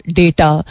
data